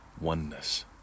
oneness